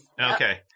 Okay